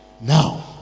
now